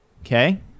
Okay